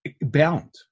bound